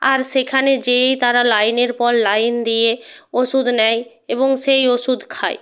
আর সেখানে যেয়েই তারা লাইনের পর লাইন দিয়ে ওষুধ নেয় এবং সেই ওষুধ খায়